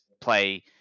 play